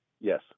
Yes